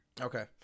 okay